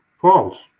false